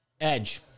Edge